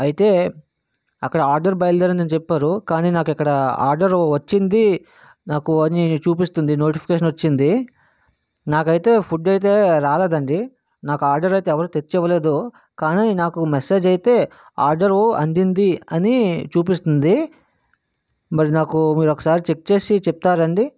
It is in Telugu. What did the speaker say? అయితే అక్కడ ఆర్డర్ బయలుదేరిందని చెప్పారు కానీ నాకు ఇక్కడ ఆర్డర్ వచ్చింది నాకు అని చూపిస్తుంది నోటిఫికేషన్ వచ్చింది నాకు అయితే ఫుడ్ అయితే రాలేదు అండి నాకు ఆర్డర్ అయితే ఎవ్వరు తెచ్చి ఇవ్వలేదు కానీ నాకు మెసేజ్ అయితే ఆర్డరూ అందింది అని చూపిస్తుంది మరి నాకు మీరు ఒకసారి చెక్ చేసి చెబుతారా అండి